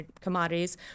commodities